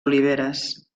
oliveres